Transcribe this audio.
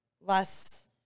less